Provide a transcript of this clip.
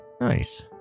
Nice